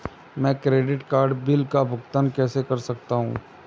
मैं credit card bill का भुगतान कैसे कर सकता हूं?